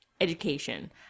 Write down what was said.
education